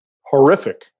horrific